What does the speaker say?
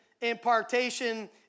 impartation